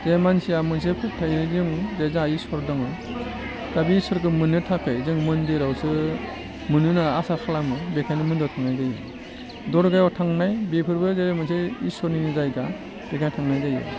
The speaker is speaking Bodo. जे मानसिया मोनसे फोथायो जों जोंहा इसोर दङ दा बे इसोरखौ मोननो थाखाय जों मन्दिरावसो मोनो होनना आसा खालामो बेखायनो मन्दिराव थांनाय जायो दरगायाव थांनाय बेफोरबो जे मोनसे इसोरनिनो जायगा बेखायनो थांनाय जायो